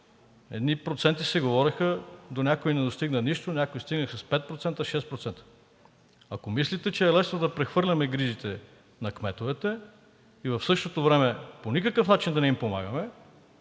едни проценти, до някои не достигна нищо, до някои стигнаха 5 – 6%. Ако мислите, че е лесно да прехвърляме грижите на кметовете и в същото време по никакъв начин да не им помагаме,